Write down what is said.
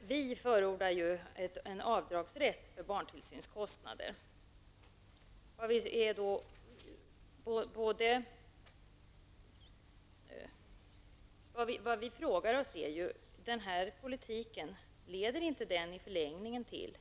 Vi moderater förordar en avdragsrätt för barntillsynskostnader. Jag undrar om inte denna politik i förlängningen leder till